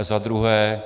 Za druhé.